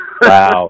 Wow